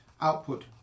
output